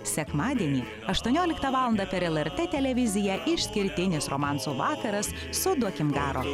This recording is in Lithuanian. sekmadienį aštuonioliktą valandą per lrt televiziją išskirtinės romanso vakaras su duokim garo